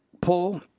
pull